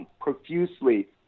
profusely